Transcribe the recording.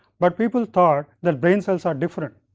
but people thought that brain cells are different.